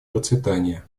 процветание